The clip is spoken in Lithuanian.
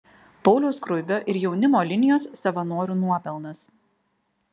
pauliaus skruibio ir jaunimo linijos savanorių nuopelnas